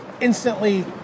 instantly